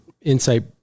insight